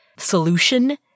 solution